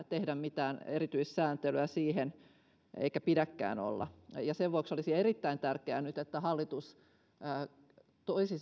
tehdä mitään erityissääntelyä eikä pidäkään olla sen vuoksi olisi erittäin tärkeää nyt että hallitus toisi